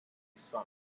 sunk